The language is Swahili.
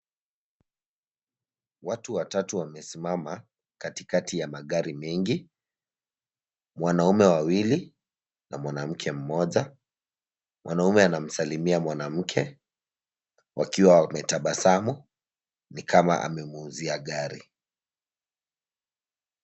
Watu watatu wamesimama katikati ya magari mengi, mwanaume wawili na mwanamke mmoja. Mwanaume anamsalamia mwanamke wakiwa wametabasamu ni kama amemuuzia gari.